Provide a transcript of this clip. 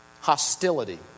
hostility